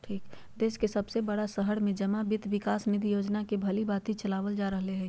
देश के सभे बड़ा शहर में जमा वित्त विकास निधि योजना के भलीभांति चलाबल जा रहले हें